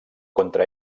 contra